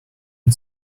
and